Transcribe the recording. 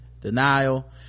denial